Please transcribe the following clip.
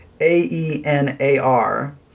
A-E-N-A-R